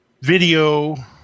video